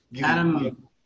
Adam